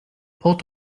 port